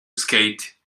skate